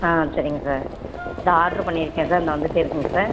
ஆ சரிங்க சார் இதோ ஆட்ரு பண்ணியிருக்கேன் சார் இந்தா வந்துகிட்டே இருக்குதுங்க சார்